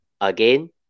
again